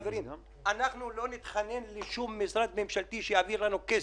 אנחנו לא נתחנן בפני שום משרד ממשלתי שיעביר לנו כסף.